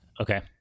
Okay